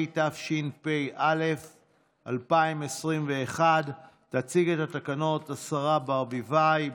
התשפ"א 2021. תציג את התקנות השרה ברביבאי,